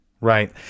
Right